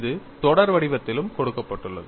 இது தொடர் வடிவத்திலும் கொடுக்கப்பட்டுள்ளது